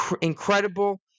incredible